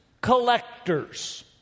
collectors